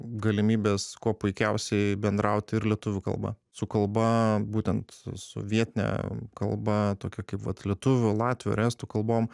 galimybes kuo puikiausiai bendrauti ir lietuvių kalba su kalba būtent su vietine kalba tokia kaip vat lietuvių latvių ar estų kalbom